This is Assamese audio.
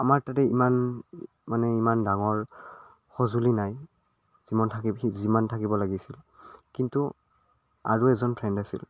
আমাৰ তাতে ইমান মানে ইমান ডাঙৰ সঁজুলি নাই যিমান যিমান থাকিব লাগিছিল কিন্তু আৰু এজন ফ্ৰেণ্ড আছিল